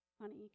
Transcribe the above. honey